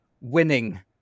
winning